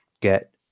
get